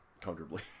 comfortably